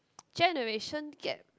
generation gap